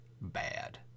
bad